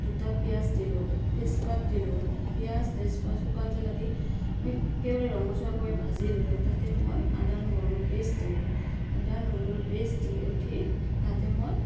দুটা পিয়াঁজ দিলোঁ তেজপাত দিলোঁ পিয়াঁজ তেজপাত শুকান জ্বালা দি আমি একেবাৰে ৰঙচুৱাকৈ ভাজি ল'লোঁ তাতে মই আদা নহৰুৰ পেষ্ট দিলোঁ আদা নহৰুৰ পেষ্ট দি উঠি তাতে মই